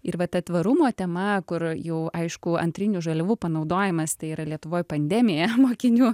ir vat ta tvarumo tema kur jau aišku antrinių žaliavų panaudojimas tai yra lietuvoj pandemija mokinių